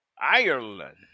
ireland